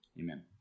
Amen